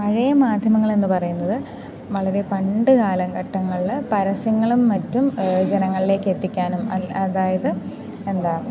പഴയ മാധ്യമങ്ങളെന്നു പറയുന്നത് വളരെ പണ്ടു കാലഘട്ടങ്ങളിൽ പരസ്യങ്ങളും മറ്റും ജനങ്ങളിലേക്ക് എത്തിക്കാനും അൽ അതായത് എന്താ